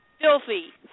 Filthy